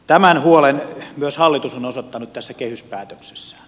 tämän huolen myös hallitus on osoittanut tässä kehyspäätöksessään